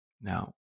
Now